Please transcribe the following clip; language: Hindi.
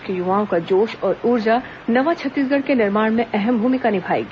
प्रदेश के युवाओं का जोश और ऊर्जा नवा छत्तेसगढ़ के निर्माण में अहम भूमिका निभाएगी